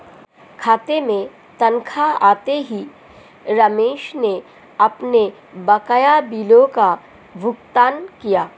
खाते में तनख्वाह आते ही रमेश ने अपने बकाया बिलों का भुगतान किया